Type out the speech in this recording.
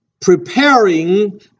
Preparing